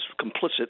complicit